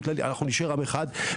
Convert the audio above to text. אנחנו נשאר עם אחד,